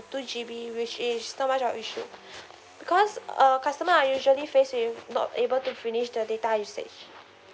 two G_B which is not much of issues because uh customer are usually facing not able to finish the data usage